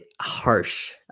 harsh